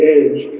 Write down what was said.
edge